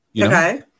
Okay